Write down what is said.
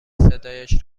صدایش